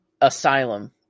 asylum